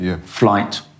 flight